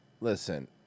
Listen